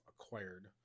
acquired